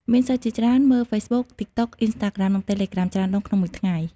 មានសិស្សជាច្រើនមើល Facebook, TikTok, Instagram និង Telegram ច្រើនដងក្នុងមួយថ្ងៃ។